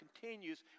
continues